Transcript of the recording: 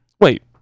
Wait